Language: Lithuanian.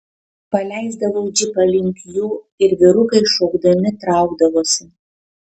paleisdavau džipą link jų ir vyrukai šaukdami traukdavosi